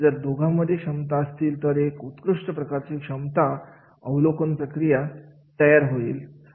आणि जर दोघांमध्ये क्षमता असतील तर एक उत्कृष्ट प्रकारची क्षमता अवलोकन प्रक्रिया तयार होईल